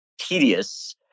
tedious